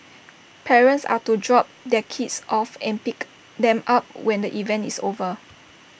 parents are to drop their kids off and pick them up when the event is over